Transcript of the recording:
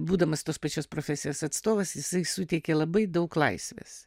būdamas tos pačios profesijos atstovas jisai suteikė labai daug laisvės